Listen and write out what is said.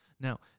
Now